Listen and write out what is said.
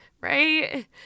right